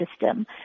system